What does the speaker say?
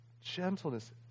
gentleness